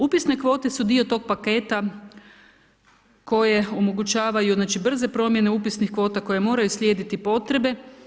Upisne kvote su dio tog paketa, koje omogućavaju znači brze promjene upisnih kvota koje moraju slijediti potrebe.